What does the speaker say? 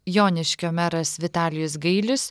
joniškio meras vitalijus gailius